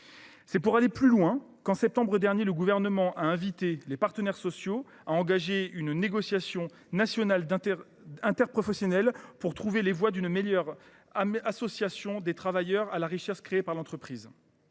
C’est pour aller plus loin qu’en septembre dernier le Gouvernement a invité les partenaires sociaux à engager une négociation nationale interprofessionnelle afin de trouver les voies d’une meilleure association des travailleurs à la richesse créée par l’entreprise.